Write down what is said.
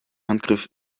handgriff